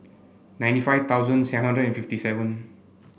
ninety five thosuand seven hundred and seven